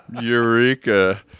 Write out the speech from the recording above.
Eureka